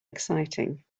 exciting